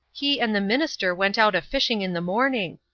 he and the minister went out a fishing in the morning.